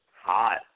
Hot